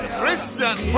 Christian